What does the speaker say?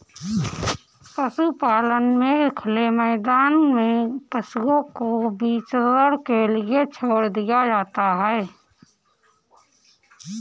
पशुपालन में खुले मैदान में पशुओं को विचरण के लिए छोड़ दिया जाता है